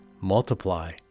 multiply